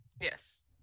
yes